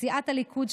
סיעת הליכוד,